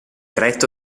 retto